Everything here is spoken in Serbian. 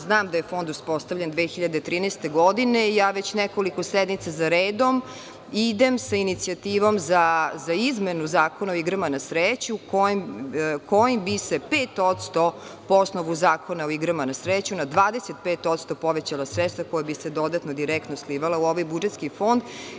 Znam da je fond uspostavljen 2013. godine i ja već nekoliko sednica za redom idem sa inicijativom za izmenu Zakona o igrama na sreću, kojim bi se 5%, po osnovu Zakona o igrama na sreću, na 25% povećalo sredstva koja bi se dodatno, direktno slivala u ovaj budžetski fond.